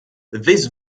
this